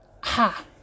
ha